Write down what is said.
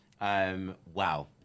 Wow